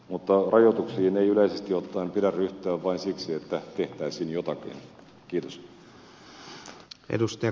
mutta rajoituksiin ei yleisesti ottaen pidä ryhtyä vain siksi että tehtäisiin jotakin